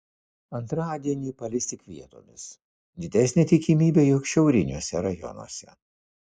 antradienį palis tik vietomis didesnė tikimybė jog šiauriniuose rajonuose